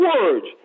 words